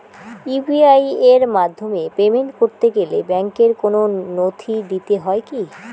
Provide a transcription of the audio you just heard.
UPI এর মাধ্যমে payment করতে গেলে ব্যাংকের কোন নথি দিতে হয় কি?